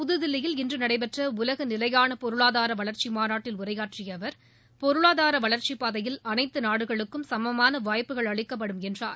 புத்தில்லியில் இன்று நடைபெற்ற உலக நிலையான பொருளாதார வளர்ச்சி மாநாட்டில் உரையாற்றிய அவர் பொருளாதார வளர்ச்சிப்பாதையில் அனைத்து நாடுகளுக்கும் சுமமான வாய்ப்புகள் அளிக்கப்படும் என்றார்